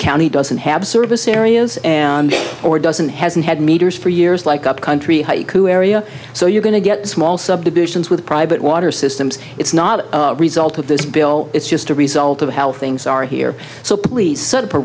county doesn't have service areas or doesn't hasn't had meters for years like up country haiku area so you're going to get small subdivisions with private water systems it's not a result of this bill it's just a result of how things are here so please set up a